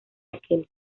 aquel